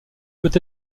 peut